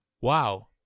wow